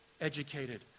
educated